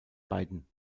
beiden